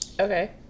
okay